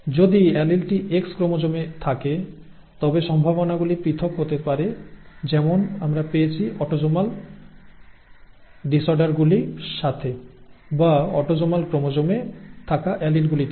যদি অ্যালিলটি X ক্রোমোসোমে থাকে তবে সম্ভাবনাগুলি পৃথক হতে পারে যেমন আমরা পেয়েছি অটোসোমাল ডিসঅর্ডারগুলির সাথে বা অটোসোমাল ক্রোমোসোমে থাকা অ্যালিলগুলি থেকে